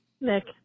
Nick